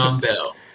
Bell